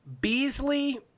Beasley